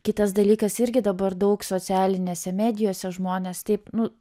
kitas dalykas irgi dabar daug socialinėse medijose žmonės taip nu